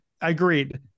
Agreed